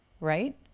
right